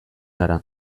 gara